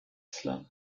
cela